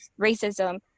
racism